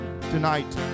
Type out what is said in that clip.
tonight